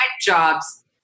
jobs